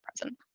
present